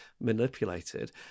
manipulated